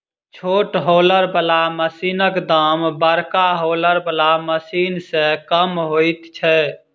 छोट हौलर बला मशीनक दाम बड़का हौलर बला मशीन सॅ कम होइत छै